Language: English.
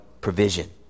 provision